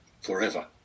forever